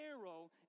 arrow